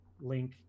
link